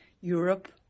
Europe